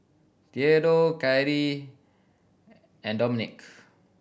Theadore Khari and Dominik